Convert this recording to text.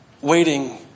waiting